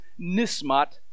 nismat